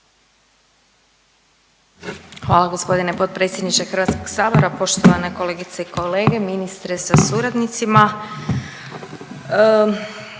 Hvala g. potpredsjedniče HS-a, poštovane kolegice i kolege, ministre sa suradnicima.